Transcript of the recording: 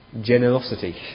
Generosity